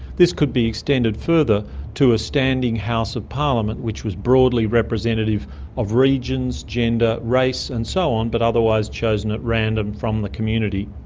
this could be extended further to a standing house of parliament which was broadly representative of regions, gender, race and so on, but otherwise chosen at random from the community.